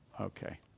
Okay